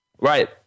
Right